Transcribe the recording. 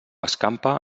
escampa